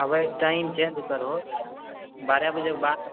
आब एक time change करहो बारह बजेके बाद